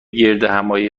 گردهمآیی